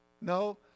No